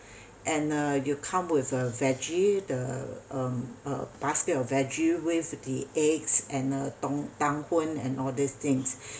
and uh you come with a veggie the um uh basket of veggie with the eggs and uh dong tang hoon and all these things